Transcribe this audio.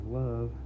love